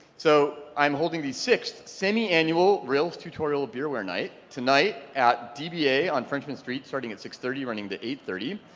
so i'm holding the sixth semiannual rails tutorial beerware night, tonight at dba on frenchman street starting at six thirty running to eight thirty.